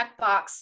checkbox